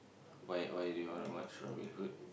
why why do you want to watch Robin-Hood